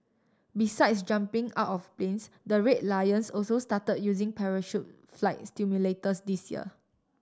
besides jumping out of planes the Red Lions also start using parachute flight simulators this year